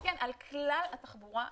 כן, כן, על כלל התחבורה הציבורית,